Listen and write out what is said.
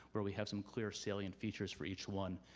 where we have some clear salient features for each one.